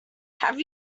have